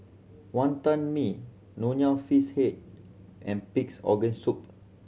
Wonton Mee Nonya Fish Head and Pig's Organ Soup